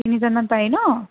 তিনিজন মান পাৰি ন'